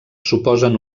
suposen